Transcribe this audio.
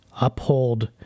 uphold